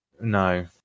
No